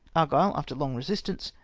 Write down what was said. argyle, after long resistance,